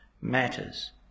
matters